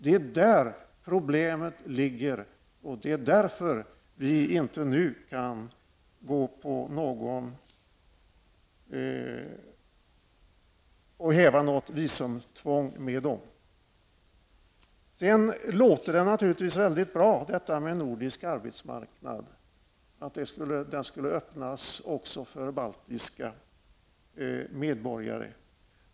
Det är där problemet ligger, och det är därför vi inte nu kan häva något visumtvång för dem. Det låter naturligtvis väldigt bra att den nordiska arbetsmarknaden skulle öppnas också för baltiska medborgare.